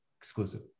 Exclusive